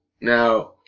Now